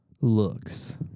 Looks